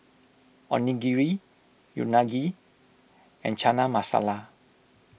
Onigiri Unagi and Chana Masala